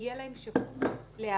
שתהיה להם שהות להיערך